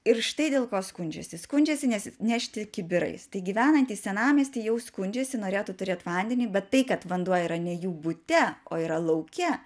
ir štai dėl ko skundžiasi skundžiasi nes nešti kibirais tai gyvenantys senamiesty jau skundžiasi norėtų turėt vandenį bet tai kad vanduo yra ne jų bute o yra lauke